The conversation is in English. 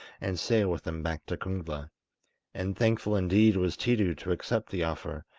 and sail with them back to kungla and thankful indeed was tiidu to accept the offer,